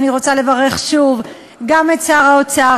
אני רוצה לברך שוב גם את שר האוצר,